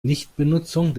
nichtbenutzung